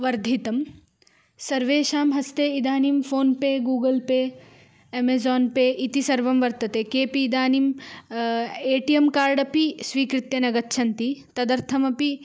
वर्धितं सर्वेषां हस्ते इदानीं PhonePe Google Pay Amazon Pay इति सर्वं वर्तते केऽपि इदानीम् ए टि एम् कार्ड् अपि स्वीकृत्य न गच्छन्ति तदर्थमपि